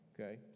okay